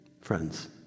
friends